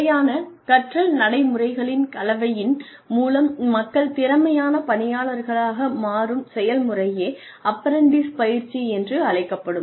முறையான கற்றல் நடைமுறைகளின் கலவையின் மூலம் மக்கள் திறமையான பணியாளர்களாக மாறும் செயல்முறையே அப்ரண்டிஸ் பயிற்சி என்று அழைக்கப்படும்